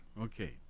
Okay